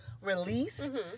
released